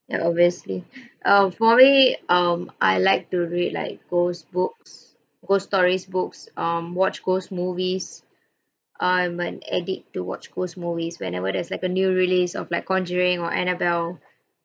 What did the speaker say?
ya obviously err for me um I like to read like ghost books ghost stories books um watch ghost movies I am an addict to watch ghost movies whenever there's like a new release of like conjuring or annabelle